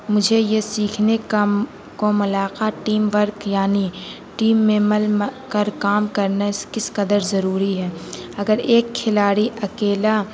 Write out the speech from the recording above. مجھے یہ سیکھنے کا کو ملاقہ ٹیم ورک یعنی ٹیم میں مل کر کام کرنا کس قدر ضروری ہے اگر ایک کھلاڑی اکیلا